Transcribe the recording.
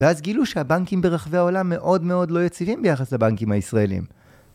ואז גילו שהבנקים ברחבי העולם מאוד מאוד לא יציבים ביחס לבנקים הישראלים.